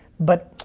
but,